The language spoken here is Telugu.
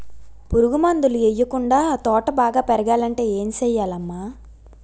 పురుగు మందులు యెయ్యకుండా తోట బాగా పెరగాలంటే ఏ సెయ్యాలమ్మా